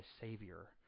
savior